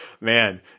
Man